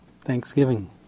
Thanksgiving